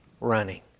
running